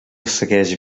segueix